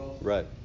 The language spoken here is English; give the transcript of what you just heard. Right